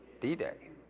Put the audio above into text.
D-Day